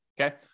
okay